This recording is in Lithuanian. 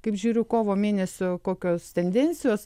kaip žiūriu kovo mėnesio kokios tendencijos